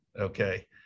Okay